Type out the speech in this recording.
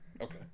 Okay